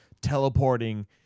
teleporting